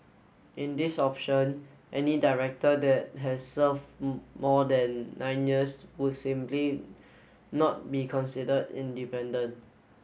in this option any director that has serve more than nine years would simply not be considered independent